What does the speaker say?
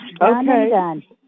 Okay